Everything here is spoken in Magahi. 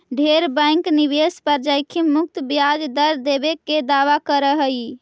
ढेर बैंक निवेश पर जोखिम मुक्त ब्याज दर देबे के दावा कर हई